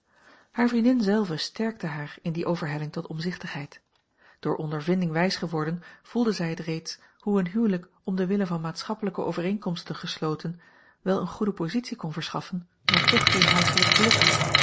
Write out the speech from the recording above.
hare vriendin zelve sterkte haar in die overhelling tot omzichtigheid door ondervinding wijs geworden voelde zij het reeds hoe een huwelijk om den wille van maatschappelijke overeenkomsten gesloten wel eene goede positie kon verschaffen maar toch geen huislijk geluk